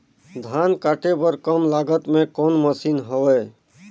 धान काटे बर कम लागत मे कौन मशीन हवय?